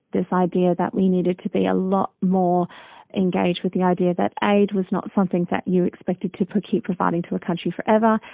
this idea that we needed to be a lot more engaged with the idea that aid was not something that you expected to keep providing to a country forever,